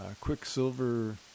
Quicksilver